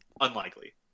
unlikely